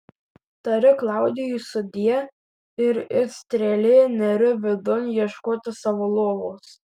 tariu klaudijui sudie ir it strėlė neriu vidun ieškoti savo lovos